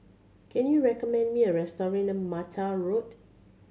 can you recommend me a restaurant near Mattar Road